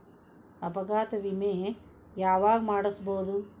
ಅಪಘಾತ ವಿಮೆ ಯಾವಗ ಮಾಡಿಸ್ಬೊದು?